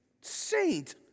saint